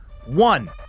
one